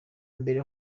mbere